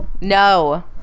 no